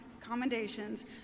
commendations